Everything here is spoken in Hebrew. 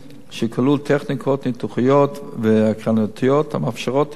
שכלול טכניקות ניתוחיות והקרנתיות המאפשרות התערבות